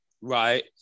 right